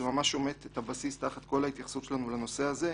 זה ממש שומט את הבסיס תחת כל ההתייחסות שלנו לנושא הזה.